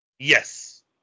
Yes